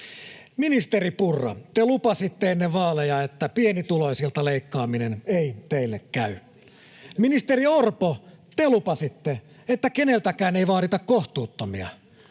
Ministeri Purra, te lupasitte ennen vaaleja, että pienituloisilta leikkaaminen ei teille käy. Ministeri Orpo, te lupasitte, että keneltäkään ei vaadita kohtuuttomia.